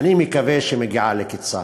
אני מקווה שמגיעה לקצה.